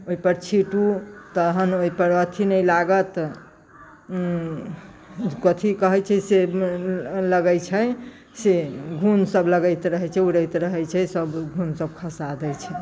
ओहि पर छीँटू तहन ओहि पर अथि नहि लागत कथि कहैत छै से लगैत छै से घुन सभ लगैत रहैत छै उड़ैत रहैत छै सभ घुन सभ खसा दै छै